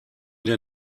der